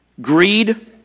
Greed